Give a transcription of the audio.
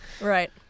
Right